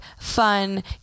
fun